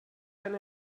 ein